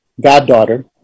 goddaughter